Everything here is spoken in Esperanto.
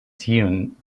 tiujn